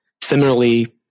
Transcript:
Similarly